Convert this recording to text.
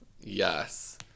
yes